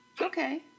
Okay